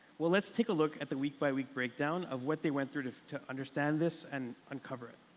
well, let's take a look at the week by week breakdown of what they went through to to understand this and uncover it.